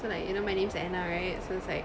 so like you know my name is anna right so it's like